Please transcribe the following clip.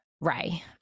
Ray